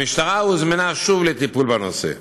המשטרה הוזמנה שוב לטיפול בנושא.